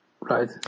Right